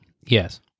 Yes